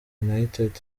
united